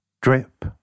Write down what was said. drip